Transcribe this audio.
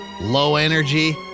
low-energy